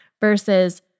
versus